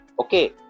Okay